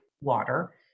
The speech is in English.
water